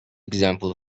example